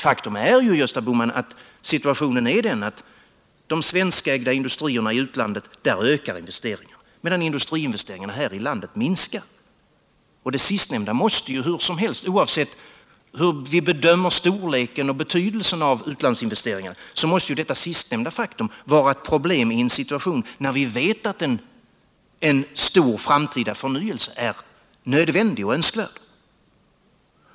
Faktum är ju, Gösta Bohman, att investeringarna i de svenskägda industrierna i utlandet ökar, medan industriinvesteringarna här i landet minskar. Det sistnämnda måste, oavsett hur vi bedömer storleken på och betydelsen av utlandsinvesteringarna, vara ett problem i en situation då vi vet att en stor framtida förnyelse är nödvändig och önskvärd.